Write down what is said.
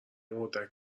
اردک